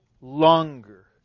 longer